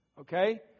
Okay